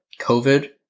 COVID